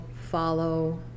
follow